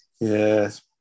Yes